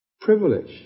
privilege